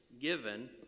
given